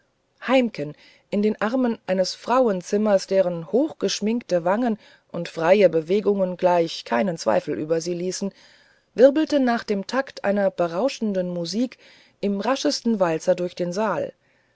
heimken in den armen eines frauenzimmers deren hochgeschminkte wangen und freie bewegungen gleich keinen zweifel über sie ließen wirbelte nach dem takt einer rauschenden musik im raschesten walzer durch den saal